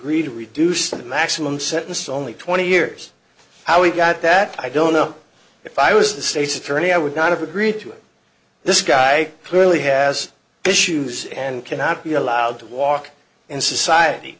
read reduced from the maximum sentence only twenty years how he got that i don't know if i was the state's attorney i would not have agreed to it this guy clearly has issues and cannot be allowed to walk in society